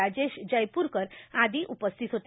राजेश जयप्रकर आदी उपस्थित होते